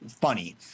funny